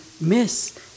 miss